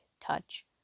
touch